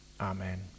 amen